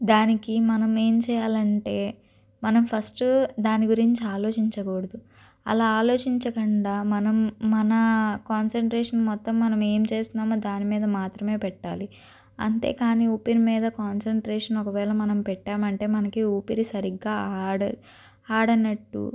దానికి మనమేం చేయాలంటే మనం ఫస్టు దాని గురించి ఆలోచించకూడదు అలా ఆలోచించకండా మనం మన కాన్సన్ట్రేషన్ మొత్తం మనం ఏం చేస్తున్నామో దాని మీద మాత్రమే పెట్టాలి అంతే కానీ ఊపిరి మీద కాన్సన్ట్రేషన్ ఒకవేళ మనం పెట్టాము అంటే మనకి ఊపిరి సరిగ్గా ఆడ ఆడనట్టు